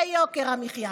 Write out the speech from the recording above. ביוקר המחיה,